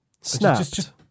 Snapped